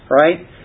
right